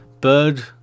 Bird